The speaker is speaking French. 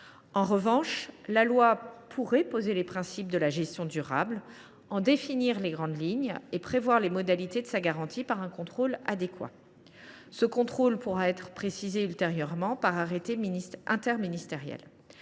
En revanche, la loi peut poser les principes de la « gestion durable », en définir les grandes lignes et prévoir les modalités de sa garantie par un contrôle adéquat. Ce contrôle pourra être précisé ultérieurement par arrêté interministériel.